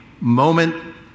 moment